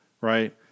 Right